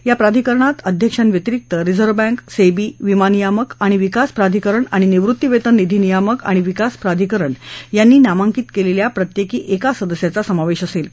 या प्राधिकरणामध्ये अध्यक्षाव्यतिरिक्त रिझर्ब बँक सेवी विमा नियामक आणि विकास प्राधिकरण आणि निवृत्तीवेतन निधी नियामक आणि विकास प्राधिकरण यांनी नामांकित केलेल्या प्रत्येकी एका सदस्याचा समावेश असेल